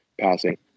passing